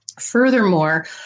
furthermore